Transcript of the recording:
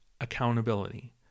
accountability